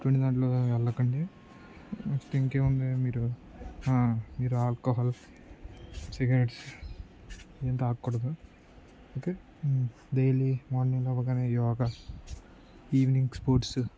ఎటువంటి దాంట్లో వెళ్ళకండి నెక్స్ట్ ఇంకా ఏముంది మీరు మీరు ఆల్కహాల్ సిగరెట్స్ ఏం తాగకూడదు ఓకే డైలీ మార్నింగ్ అవగానే యోగా ఈవినింగ్ స్పోర్ట్స్